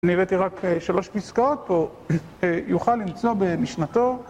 אני הבאתי רק שלוש פסקאות פה, יוכל למצוא במשנתו